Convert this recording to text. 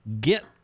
get